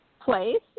place